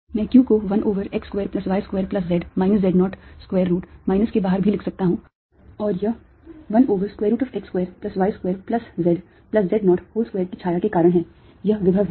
मैं q को 1 over x square plus y square plus z minus z naught square root minus के बाहर भी लिख सकता हूं और यह 1 over square root of x square plus y square plus z plus z naught whole square की छाया के कारण है यह विभव है